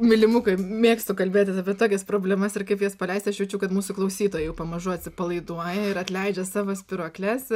mylimukai mėgstu kalbėtis apie tokias problemas ir kaip jas paleist aš jaučiu kad mūsų klausytojai jau pamažu atsipalaiduoja ir atleidžia savo spyruokles